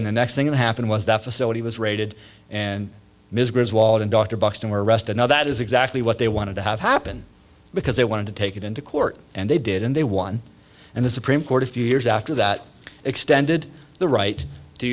and the next thing that happened was that facility was raided and ms greer's wallet and dr buxton were arrested now that is exactly what they wanted to have happen because they wanted to take it into court and they did and they won and the supreme court a few years after that extended the right to